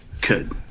Good